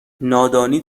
نادانی